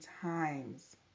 times